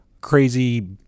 crazy